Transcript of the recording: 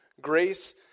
Grace